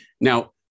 Now